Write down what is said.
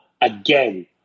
again